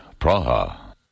Praha